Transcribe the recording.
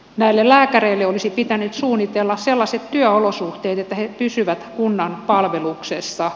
näille lääkäreille olisi pitänyt suunnitella sellaiset työolosuhteet että he pysyvät kunnan palveluksessa